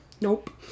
Nope